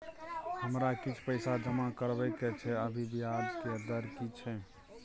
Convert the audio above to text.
हमरा किछ पैसा जमा करबा के छै, अभी ब्याज के दर की छै?